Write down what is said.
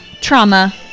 Trauma